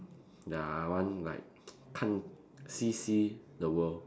ya I want like 看 see see the world